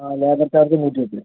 ആ ലേബർ ചാർജും കൂട്ടി വെച്ച്